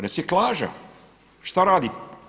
Reciklaža šta radi?